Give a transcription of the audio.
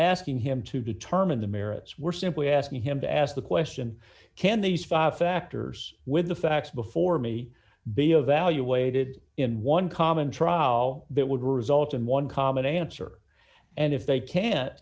asking him to determine the merits we're simply asking him to ask the question can these five factors with the facts before me be evaluated in one common trial that would result in one common answer and if they can't